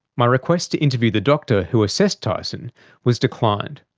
my request to interview the doctor who assessed tyson was declined,